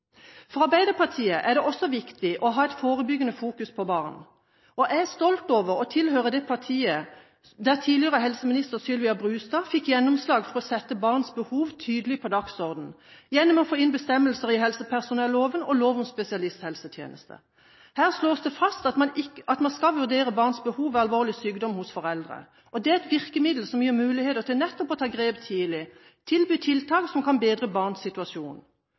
For Arbeiderpartiet er det også viktig å ha et forebyggende fokus på barn, og jeg er stolt over å tilhøre det partiet der tidligere helseminister Sylvia Brustad fikk gjennomslag for å sette barns behov tydelig på dagsordenen gjennom å få inn bestemmelser i helsepersonelloven og lov om spesialisthelsetjenesten. Her slås det fast at man skal vurdere barns behov ved alvorlig sykdom hos foreldre. Det er et virkemiddel som gir muligheter til nettopp å ta grep tidlig og tilby tiltak som kan bedre barns situasjon.